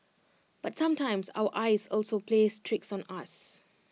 but sometimes our eyes also plays tricks on us